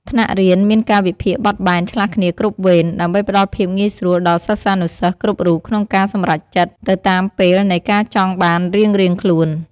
ថ្នាក់រៀនមានកាលវិភាគបត់បែន ឆ្លាស់គ្នាគ្រប់វេន ដើម្បីផ្ដល់ភាពងាយស្រួលដល់សិស្សានុសិស្សគ្រប់រូបក្នុងការសម្រេចចិត្តទៅតាមពេលនៃការចង់បានរៀងៗខ្លួន។